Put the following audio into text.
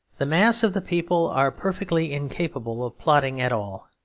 the mass of the people are perfectly incapable of plotting at all,